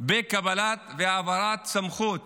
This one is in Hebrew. בקבלת והעברת סמכות